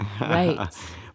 Right